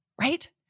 Right